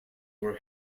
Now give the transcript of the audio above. were